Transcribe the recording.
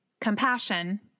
compassion